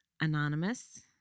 anonymous